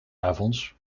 avonds